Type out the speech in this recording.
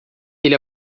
ele